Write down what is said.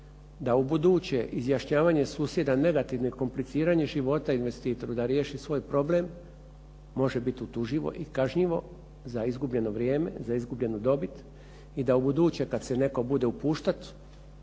da u buduće izjašnjavanje susjeda negativno i kompliciranje života investitoru da riješi svoj problem može biti utuživo i kažnjivo za izgubljeno vrijeme, za izgubljenu dobit i da u buduće kad se netko bude upuštat